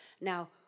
Now